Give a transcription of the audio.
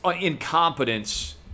incompetence